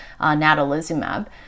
natalizumab